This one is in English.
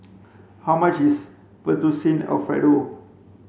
how much is Fettuccine Alfredo